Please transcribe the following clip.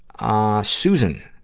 ah susan,